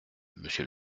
monsieur